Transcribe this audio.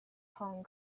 hong